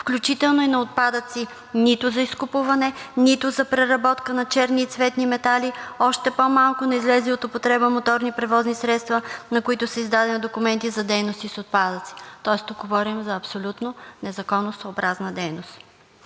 включително и на отпадъци нито за изкупуване, нито за преработка на черни и цветни метали, още по-малко на излезли от употреба моторни превозни средства, на които са издадени документи за дейности с отпадъците. Тоест тук говорим за абсолютно незаконосъобразна дейност.